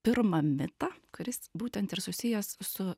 pirmą mitą kuris būtent ir susijęs su